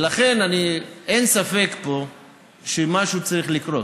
לכן, אין ספק שמשהו פה צריך לקרות.